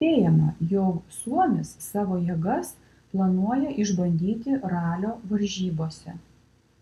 spėjama jog suomis savo jėgas planuoja išbandyti ralio varžybose